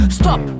Stop